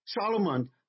Solomon